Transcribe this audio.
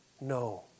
No